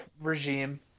regime